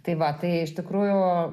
tai va tai iš tikrųjų